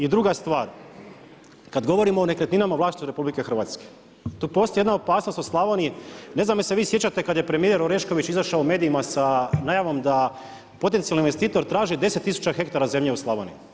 I druga stvar, kada govorimo o nektarinama u vlasništvu RH, tu postoji jedna opasnost u Slavoniji, ne znam, jel se vi sjećate, kada je premjer Orešković izašao u medijima sa najavom da potencijalni investitor traži 10000 hektara zemlje u Slavoniji.